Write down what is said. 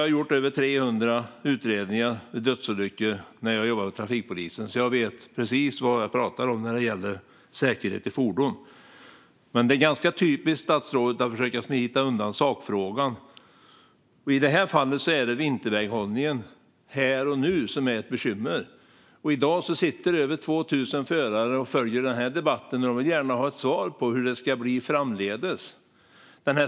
Själv gjorde jag över 300 utredningar av dödsolyckor när jag jobbade hos trafikpolisen, så jag vet vad jag talar om när det gäller säkerhet i fordon. Men det är ganska typiskt för statsrådet att försöka smita undan sakfrågan. I det här fallet är det vinterväghållningen här och nu som är ett bekymmer. I dag är det över 2 000 förare som följer den här debatten, och de vill gärna ha ett svar på hur det ska bli framdeles.